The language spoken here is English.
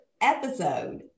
episode